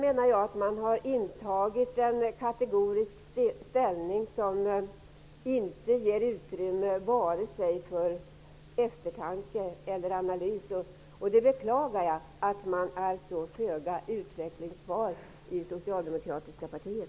Då har man intagit en kategorisk ställning, som inte ger utrymme vare sig för eftertanke eller för analys. Jag beklagar att man är så föga utvecklingsbar i det socialdemokratiska partiet.